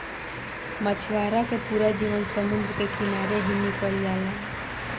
मछवारा के पूरा जीवन समुंद्र के किनारे ही निकल जाला